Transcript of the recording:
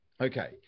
Okay